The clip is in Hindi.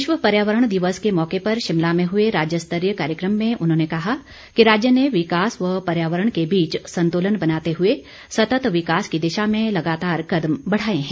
विश्व पर्यावरण दिवस के मौके पर शिमला में हुए राज्य स्तरीय कार्यक्रम में उन्होंने कहा कि राज्य ने विकास व पर्यावरण के बीच संतुलन बनाते हुए सतत विकास की दिशा में लगातार कदम बढ़ाए हैं